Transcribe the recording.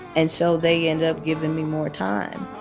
and so they end up giving me more time.